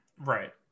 right